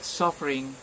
suffering